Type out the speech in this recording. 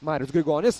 marius grigonis